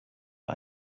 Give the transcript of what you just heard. war